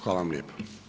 Hvala vam lijepa.